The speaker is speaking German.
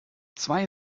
zwei